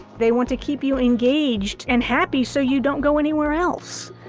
they want to keep you engaged and happy so you don't go anywhere else.